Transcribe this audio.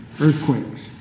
earthquakes